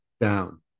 down